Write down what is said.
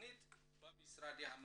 במשרדי הממשלה.